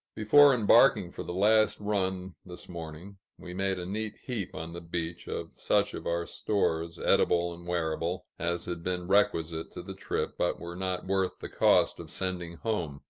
before embarking for the last run, this morning, we made a neat heap on the beach, of such of our stores, edible and wearable, as had been requisite to the trip, but were not worth the cost of sending home.